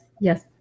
yes